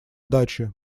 даче